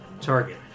target